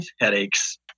headaches